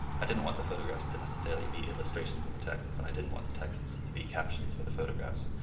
i didn't want the photographs to necessarily be illustrations of the texts and i didn't want the texts to be captions for the photographs,